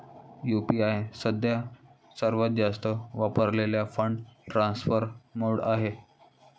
UPI सध्या सर्वात जास्त वापरलेला फंड ट्रान्सफर मोड आहे